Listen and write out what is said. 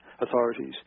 authorities